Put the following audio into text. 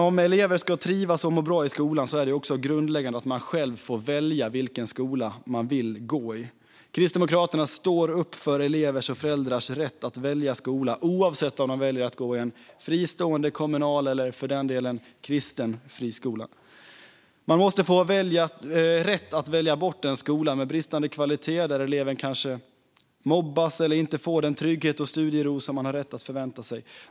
Om elever ska trivas och må bra i skolan är det också grundläggande att man själv får välja vilken skola man vill gå i. Kristdemokraterna står upp för elevers och föräldrars rätt att välja skola oavsett om de väljer en fristående, kommunal eller för den delen kristen friskola. Man måste ha rätt att välja bort en skola med bristande kvalitet, där eleven kanske mobbas eller inte får den trygghet och studiero som man har rätt att förvänta sig.